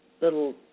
little